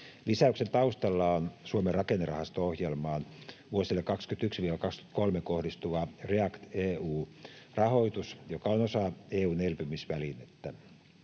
Lisäyksen taustalla on Suomen rakennerahasto-ohjelmaan vuosille 21—23 kohdistuva REACT-EU-rahoitus, joka on osa EU:n elpymisvälinettä.